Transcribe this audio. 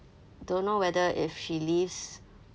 don't know whether if she leaves